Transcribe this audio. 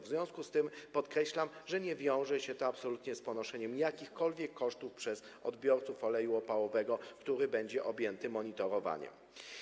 W związku z tym podkreślam, że nie wiąże się to absolutnie z ponoszeniem jakichkolwiek kosztów przez odbiorców oleju opałowego, który będzie objęty monitorowaniem.